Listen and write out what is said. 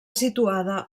situada